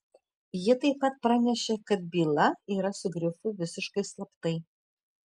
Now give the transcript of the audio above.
ji taip pat pranešė kad byla yra su grifu visiškai slaptai